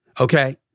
Okay